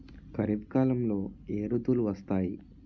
ఖరిఫ్ కాలంలో ఏ ఋతువులు వస్తాయి?